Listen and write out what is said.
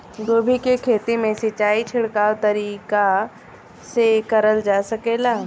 गोभी के खेती में सिचाई छिड़काव तरीका से क़रल जा सकेला?